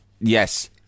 Yes